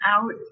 out